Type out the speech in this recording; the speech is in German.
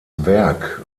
werk